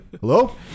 Hello